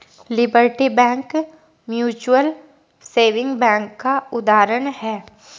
liberty bank mutual saving bank का उदाहरण है